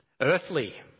earthly